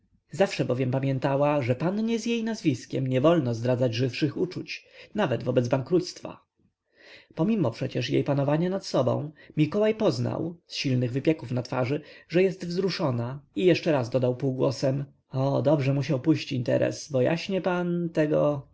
zawsze bowiem pamiętała że pannie z jej nazwiskiem nie wolno zdradzać żywszych uczuć nawet wobec bankructwa pomimo przecież jej panowania nad sobą mikołaj poznał z silnych wypieków na twarzy że jest wzruszona i jeszcze raz dodał półgłosem o dobrze musiał pójść interes bo jaśnie pan tego